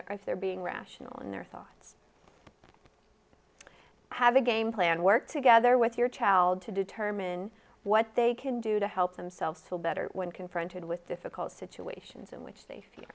if they're being rational in their thoughts have a game plan work together with your child to determine what they can do to help themselves feel better when confronted with difficult situations in which they fee